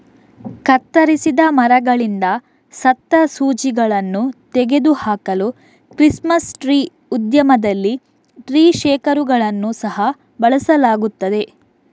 ಕತ್ತರಿಸಿದ ಮರಗಳಿಂದ ಸತ್ತ ಸೂಜಿಗಳನ್ನು ತೆಗೆದು ಹಾಕಲು ಕ್ರಿಸ್ಮಸ್ ಟ್ರೀ ಉದ್ಯಮದಲ್ಲಿ ಟ್ರೀ ಶೇಕರುಗಳನ್ನು ಸಹ ಬಳಸಲಾಗುತ್ತದೆ